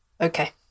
okay